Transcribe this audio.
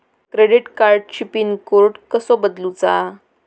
Credit कार्डची pin code कसो बदलुचा?